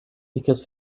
because